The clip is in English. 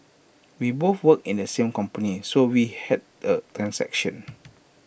we both work in the same company so we had A transaction